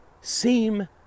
seem